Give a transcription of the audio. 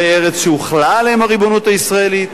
ארץ שהוחלה עליהם הריבונות הישראלית.